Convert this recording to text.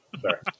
Sorry